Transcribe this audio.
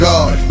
God